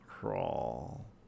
crawl